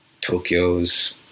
Tokyo's